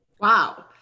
Wow